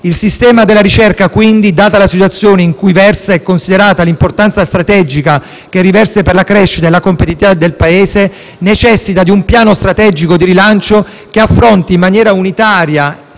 Il sistema della ricerca quindi, data la situazione in cui versa e considerata l'importanza strategica che riveste per la crescita e la competitività del Paese, necessita di un piano strategico di rilancio che affronti in maniera unitaria